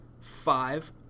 Five